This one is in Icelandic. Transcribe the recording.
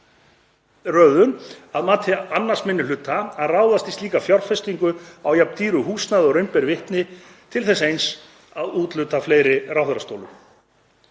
að mati 2. minni hluta að ráðast í slíka fjárfestingu á jafn dýru húsnæði og raun ber vitni til þess eins að úthluta fleiri ráðherrastólum.